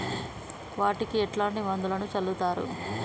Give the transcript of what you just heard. వాటికి ఎట్లాంటి మందులను చల్లుతరు?